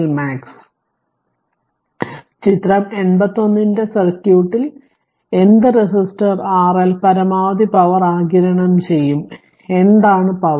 അതിനാൽ ചിത്രം 81 ന്റെ സർക്യൂട്ടിൽ എന്ത് റെസിസ്റ്റർ RL പരമാവധി പവർ ആഗിരണം ചെയ്യും എന്താണ് പവർ